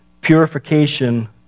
purification